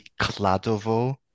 Kladovo